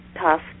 tough